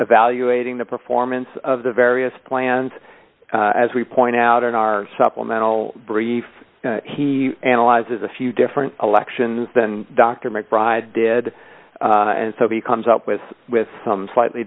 evaluating the performance of the various plans as we point out in our supplemental brief he analyzes a few different elections than dr mcbride did and so he comes up with with some slightly